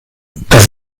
das